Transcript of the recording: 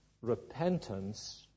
repentance